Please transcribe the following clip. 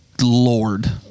lord